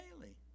daily